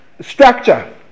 structure